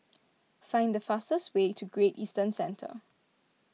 find the fastest way to Great Eastern Centre